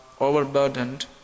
overburdened